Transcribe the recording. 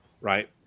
right